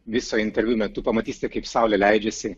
viso interviu metu pamatysite kaip saulė leidžiasi